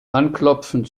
anklopfen